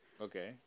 Okay